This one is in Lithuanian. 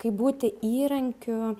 kaip būti įrankiu